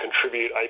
contribute